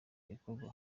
ikorwa